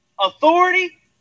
authority